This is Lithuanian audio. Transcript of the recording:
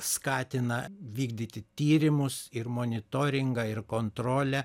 skatina vykdyti tyrimus ir monitoringą ir kontrolę